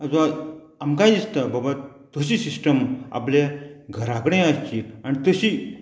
आमकांय दिसता बाबा तशी सिस्टम आपल्या घरा कडेन आसची आनी तशी